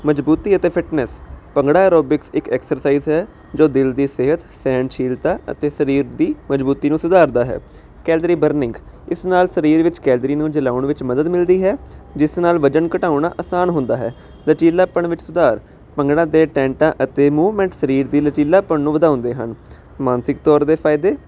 ਮਜਬੂਤੀ ਅਤੇ fitness bhangra aerobics ਇੱਕ ਐਕਸਰਸਾਈਜ ਹੈ ਜੋ ਦਿਲ ਦੀ ਸਿਹਤ ਸਹਿਣਸ਼ੀਲਤਾ ਅਤੇ ਸਰੀਰ ਦੀ ਮਜਬੂਤੀ ਨੂੰ ਸੁਧਾਰਦਾ ਹੈ ਕੈਲਰੀ ਬਰਨਿੰਗ ਇਸ ਨਾਲ ਸਰੀਰ ਵਿੱਚ ਕੈਲਰੀ ਨੂੰ ਜਲਾਉਣ ਵਿੱਚ ਮਦਦ ਮਿਲਦੀ ਹੈ ਜਿਸ ਨਾਲ ਵੱਜਨ ਘਟਾਉਣਾ ਆਸਾਨ ਹੁੰਦਾ ਹੈ ਲਚੀਲਾਪਣ ਵਿੱਚ ਸੁਧਾਰ ਭੰਗੜਾ ਦੇ ਟੈਂਟਾਂ ਅਤੇ ਮੂਵਮੈਂਟ ਸਰੀਰ ਦੀ ਲਚੀਲਾਪਣ ਨੂੰ ਵਧਾਉਂਦੇ ਹਨ ਮਾਨਸਿਕ ਤੌਰ ਦੇ ਫਾਇਦੇ